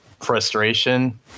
frustration